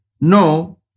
No